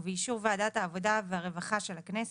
ובאישור ועדת העבודה והרווחה של הכנסת,